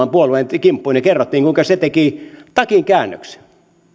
puolueen kimppuun ja kerrottiin kuinka se teki takinkäännöksen